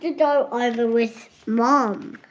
to go over with mum. um